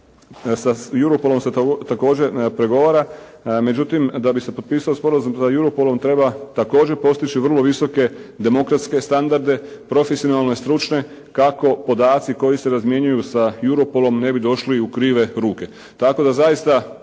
sa Europol-om također se pregovara, međutim da bi se potpisao sporazum sa Europol-om treba također postići vrlo visoke demokratske standarde, profesionalne i stručne kako podaci koji se razmjenjuju sa Europol-om ne bi došli u krive ruke.